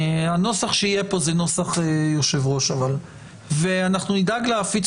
הנוסח שיהיה פה זה נוסח יושב-ראש ואנחנו נדאג להפיץ